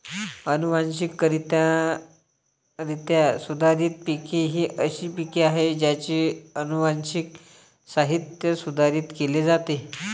अनुवांशिकरित्या सुधारित पिके ही अशी पिके आहेत ज्यांचे अनुवांशिक साहित्य सुधारित केले जाते